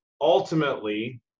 Ultimately